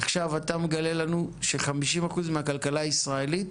עכשיו אתה מגלה לנו ש-50% מהכלכלה הישראלית